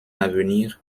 avenir